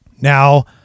Now